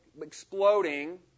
exploding